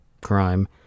crime